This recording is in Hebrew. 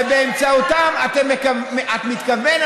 שבאמצעותן את מתכוונת,